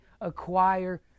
acquire